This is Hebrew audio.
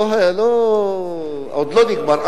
אחרון, עוד לא נגמר.